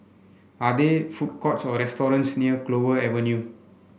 are there food courts or restaurants near Clover Avenue